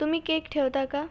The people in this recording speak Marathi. तुम्ही केक ठेवता का